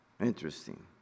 Interesting